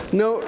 no